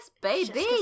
baby